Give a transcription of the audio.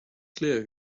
clear